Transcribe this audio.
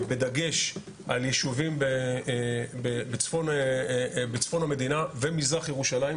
בדגש על יישובים בצפון המדינה, ומזרח ירושלים,